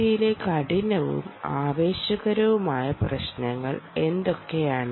D ലെ കഠിനവും ആവേശകരവുമായ പ്രശ്നങ്ങൾ എന്തൊക്കെയാണ്